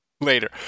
Later